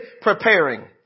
preparing